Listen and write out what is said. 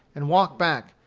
and walk back,